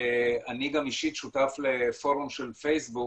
ואני גם אישית שותף לפורום של פייסבוק